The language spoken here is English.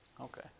Okay